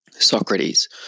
Socrates